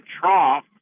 trough